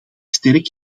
sterk